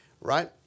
right